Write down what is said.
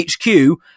HQ